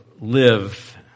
live